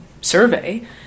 survey